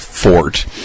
fort